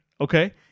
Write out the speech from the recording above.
okay